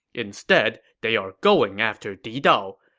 instead, they are going after didao.